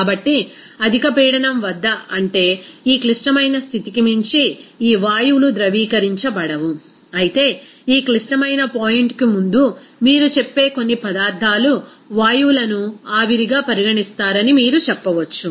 కాబట్టి అధిక పీడనం వద్ద అంటే ఈ క్లిష్టమైన స్థితికి మించి ఈ వాయువులు ద్రవీకరించబడవు అయితే ఈ క్లిష్టమైన పాయింట్కు ముందు మీరు చెప్పే కొన్ని పదార్థాలు వాయువులను ఆవిరిగా పరిగణిస్తారని మీరు చెప్పవచ్చు